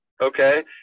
okay